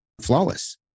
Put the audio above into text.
Flawless